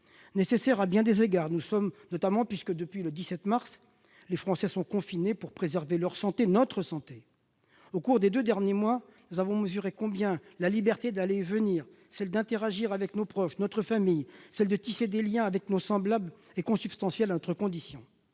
nécessaire à bien des égards puisque, depuis le 17 mars, les Français sont confinés pour préserver leur santé, notre santé. Au cours des deux derniers mois, nous avons mesuré combien la liberté d'aller et de venir, celle d'interagir avec nos proches, notre famille, celle de tisser des liens avec nos semblables, est consubstantielle à notre condition.